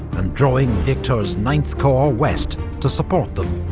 and drawing victor's ninth corps west to support them.